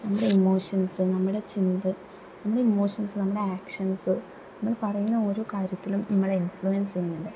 നമ്മുടെ ഇമോഷന്സ് നമ്മുടെ ചിന്ത നമ്മുടെ ഇമോഷന്സ് നമ്മുടെ ആക്ഷന്സ് നമ്മള് പറയുന്ന ഓരോ കാര്യത്തിലും നമ്മളെ ഇന്ഫ്ലുവന്സ് ചെയ്യുന്നുണ്ട്